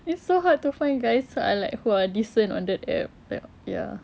it's so hard to find guys who are like who are decent on the app like ya